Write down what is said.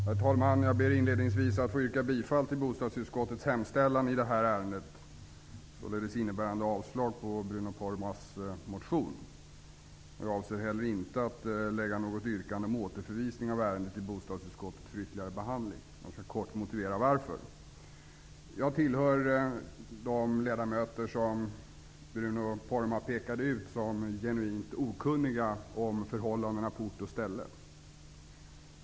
Herr talman! Jag ber inledningsvis att få yrka bifall till bostadsutskottets hemställan i det här ärendet. Det innebär således avslag på Bruno Poromaas motion. Jag avser inte heller att yrka återförvisning av ärendet till bostadsutskottet för ytterligare behandling. Jag skall kort motivera mitt ställningstagande. Jag tillhör de ledamöter som Bruno Poromaa pekade ut som genuint okunniga om förhållandena på ort och ställe.